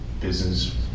business